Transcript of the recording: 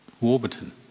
Warburton